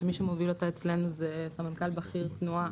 שמי שמוביל אותה אצלנו זה סמנכ"ל בכיר תנועה,